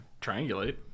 triangulate